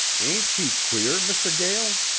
ain't she queer, mr. gael?